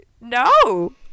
No